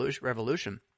Revolution